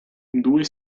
due